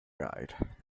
guide